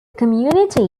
community